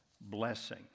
blessing